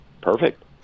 perfect